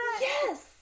Yes